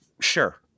sure